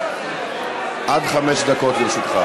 בבקשה, עד חמש דקות לרשותך.